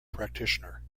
practitioner